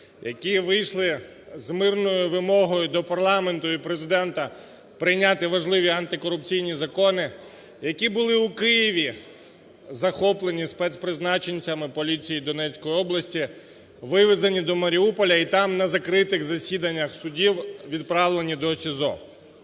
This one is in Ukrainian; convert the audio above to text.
які вийшли з мирною вимогою до парламенту і Президента прийняти важливі антикорупційні закони, які були в Києві захоплені спецпризначенцями поліції Донецької області, вивезені до Маріуполя і там на закритих засіданнях судів відправлені до СІЗО.